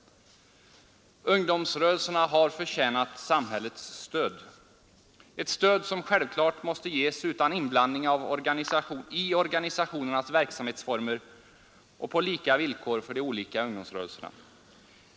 Ungdomsrörelserna har förtjänat samhällets stöd — ett stöd som självklart måste ges utan inblandning i organisationernas verksamhetsformer och på lika villkor för de olika ungdomsrörelserna.